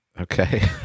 Okay